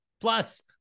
Plus